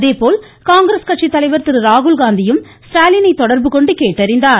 அதேபோல் காங்கிரஸ் கட்சி தலைவர் திரு ராகுல்காந்தியும் ஸ்டாலினை தொடர்பு கொண்டு கேட்டறிந்தார்